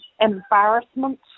embarrassment